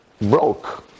broke